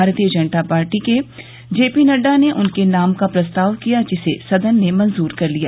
भारतीय जनता पार्टी के J P Nadda ने उनके नाम का प्रस्ताव किया जिसे सदन ने मंजूर कर लिया